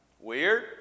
Weird